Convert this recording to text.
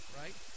right